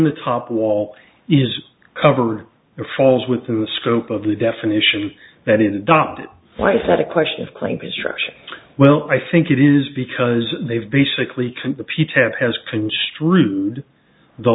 the top wall is covered and falls within the scope of the definition that is dumped it was not a question of claim construction well i think it is because they've basically the p temp has construed the